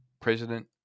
president